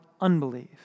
unbelief